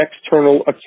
external